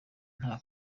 nta